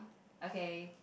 okay